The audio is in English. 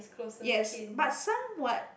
yes but somewhat